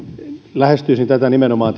lähestyisin tätä nimenomaan